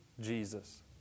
Jesus